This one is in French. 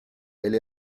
elle